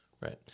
Right